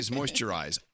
moisturize